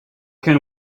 can